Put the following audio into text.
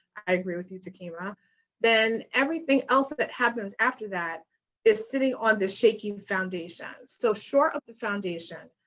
i agree with you, takiema, then everything else that happens after that is sitting on the shaky foundation. so short of the foundation,